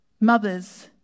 mothers